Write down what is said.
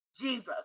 Jesus